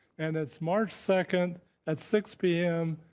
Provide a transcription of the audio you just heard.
and it's march second at six p m,